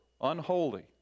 unholy